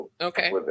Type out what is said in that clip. Okay